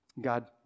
God